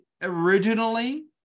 Originally